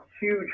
huge